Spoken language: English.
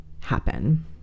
happen